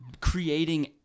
creating